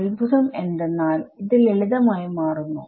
അത്ഭുതം എന്തെന്നാൽ ഇത് ലളിതമായി മാറുന്നു